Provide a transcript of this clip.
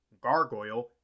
Gargoyle